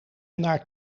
naar